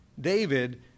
David